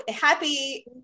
Happy